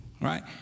right